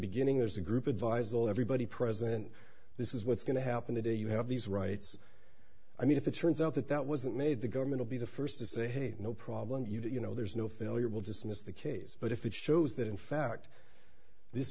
beginning there's a group advise all everybody present this is what's going to happen today you have these rights i mean if it turns out that that wasn't made the government will be the first to say hey no problem you know there's no failure will dismiss the case but if it shows that in fact this